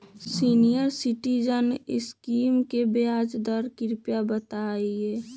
senior citizen scheme के ब्याज दर कृपया बताईं